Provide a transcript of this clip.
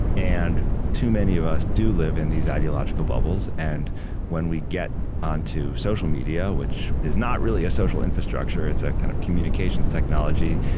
and too many of us do live in these ideological bubbles. and when we get onto social media, which is not really a social infrastructure, it's a kind of communications technology,